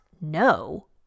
no